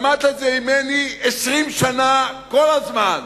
שמעת את זה ממני 20 שנה, כל הזמן,